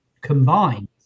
combined